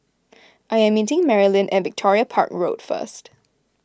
I am meeting Marlyn at Victoria Park Road first